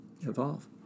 evolve